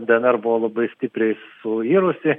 dnr buvo labai stipriai suirusi